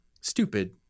Stupid